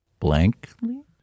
Blankly